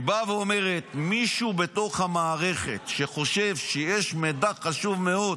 היא באה ואומרת: מישהו בתוך המערכת שחושב שיש מידע חשוב מאוד